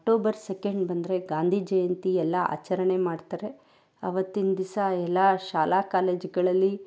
October second ಬಂದರೆ ಗಾಂಧಿ ಜಯಂತಿ ಎಲ್ಲ ಆಚರಣೆ ಮಾಡ್ತಾರೆ ಅವತ್ತಿನ ದಿವಸ ಎಲ್ಲ ಶಾಲಾ ಕಾಲೇಜುಗಳಲ್ಲಿ